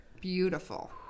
Beautiful